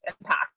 impact